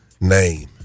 name